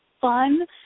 fun